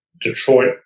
Detroit